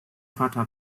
vater